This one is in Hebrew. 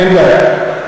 אין בעיה.